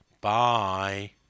Bye